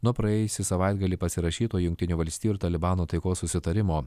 nuo praėjusį savaitgalį pasirašyto jungtinių valstijų ir talibano taikos susitarimo